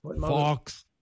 Fox